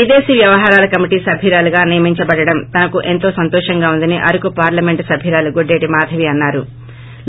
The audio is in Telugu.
విదేశీ వ్యవహారాల కమిటీ సభ్యురాలుగా నియమించబడటం తనకు ఎంతో సంతోషంగా ఉందని అరకు పార్లమెంట్ సభ్యురాలు గొడ్డేటి మాధవి తెలిపారు